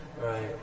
Right